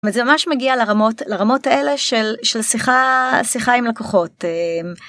זה ממש מגיע לרמות לרמות האלה של שיחה עם לקוחות.